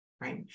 right